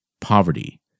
poverty